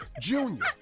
Junior